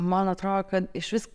man atrodo kad išvis